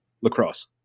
Lacrosse